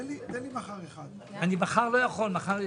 אני מחדש